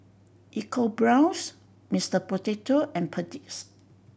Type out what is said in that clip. EcoBrown's Mister Potato and Perdix